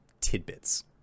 tidbits